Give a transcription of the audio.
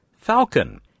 Falcon